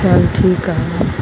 चल ठीकु आहे